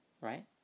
Right